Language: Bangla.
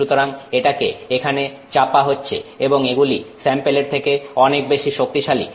সুতরাং এটাকে এখানে চাপা হচ্ছে এবং এগুলি স্যাম্পেলের থেকে অনেক বেশি শক্তিশালী